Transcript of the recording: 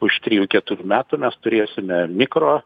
už trijų keturių metų mes turėsime mikro